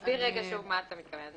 תסביר שוב למה אתה מתכוון.